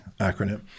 acronym